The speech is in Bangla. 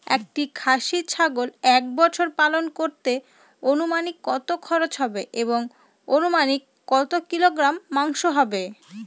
একটি খাসি ছাগল এক বছর পালন করতে অনুমানিক কত খরচ হবে এবং অনুমানিক কত কিলোগ্রাম মাংস হবে?